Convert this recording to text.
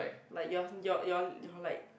like your your your your like